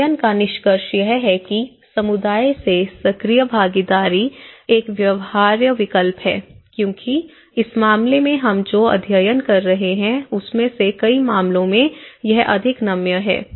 अध्ययन का निष्कर्ष यह है कि समुदाय से सक्रिय भागीदारी एक व्यवहार्य विकल्प है क्योंकि इस मामले में हम जो अध्ययन कर रहे हैं उसमें से कई मामलों में यह अधिक नम्य है